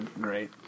great